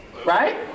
right